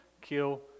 kill